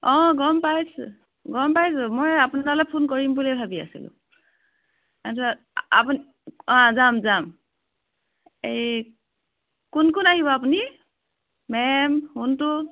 অঁ গম পাইছোঁ গম পাইছোঁ মই আপোনালৈ ফোন কৰিম বুলিয়েই ভাবি আছিলোঁ তাৰ পিছত আপুনি অঁ যাম যাম এই কোন কোন আহিব আপুনি মেম সোণটো